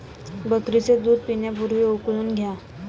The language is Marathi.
बकरीचे दूध पिण्यापूर्वी उकळून घ्या